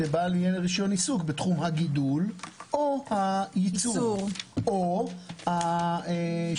שיהיה בעל רישיון עיסוק בתחום הגידול או הייצור או השיווק.